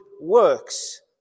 works